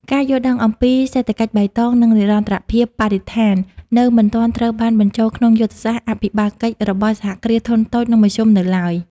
ការយល់ដឹងអំពីសេដ្ឋកិច្ចបៃតង និងនិរន្តរភាពបរិស្ថាន នៅមិនទាន់ត្រូវបានបញ្ចូលក្នុងយុទ្ធសាស្ត្រអភិបាលកិច្ចរបស់ សហគ្រាសធុនតូច និងមធ្យម នៅឡើយ។